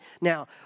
Now